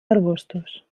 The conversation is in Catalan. arbustos